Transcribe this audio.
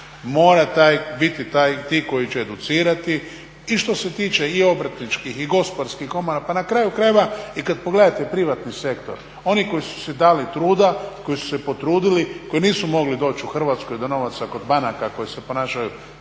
mora biti ti koji će educirati. I što se tiče i obrtničkih i gospodarskih komora pa na kraju krajeva i kad pogledate privatni sektor oni koji su si dali truda, koji su se potrudili, koji nisu mogli doći u Hrvatskoj do novaca kod banaka koje se ponašaju